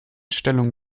stellung